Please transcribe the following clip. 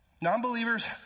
Non-believers